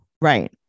Right